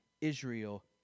Israel